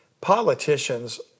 politicians